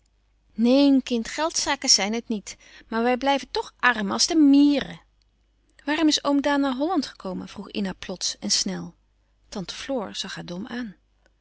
neen kind geldsaken zijn het niet maar wij blijven toch arrem als de mierrren waarom is oom daan naar holland gekomen vroeg ina plots en snel tante floor zag haar dom aan